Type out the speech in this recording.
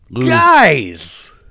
Guys